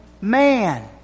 man